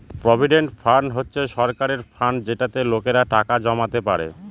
provident fund হচ্ছে সরকারের fund যেটাতে লোকেরা টাকা জমাতে পারে